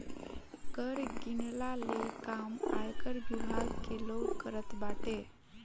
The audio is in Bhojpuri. कर गिनला ले काम आयकर विभाग के लोग करत बाटे